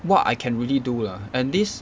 what I can really do lah and this